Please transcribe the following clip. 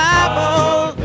Bible